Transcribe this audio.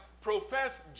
professed